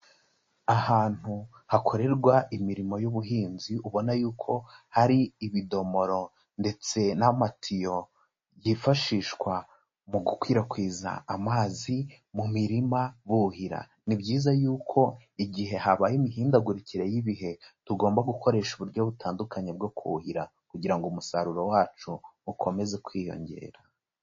Ahantu hakorerwa imirimo y'ubuhinzi ubona yuko hari ibidomoro ndetse n'amatiyo byifashishwa mu gukwirakwiza amazi mu mirima buhira; ni byiza yuko igihe habaye imihindagurikire y'ibihe tugomba gukoresha uburyo butandukanye bwo kuhira, kugira ngo umusaruro wacu ukomeze kwiyongera.